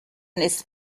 ist